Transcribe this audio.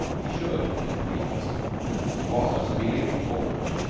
he should have been pleased he was merely appalled.